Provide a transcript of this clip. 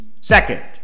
Second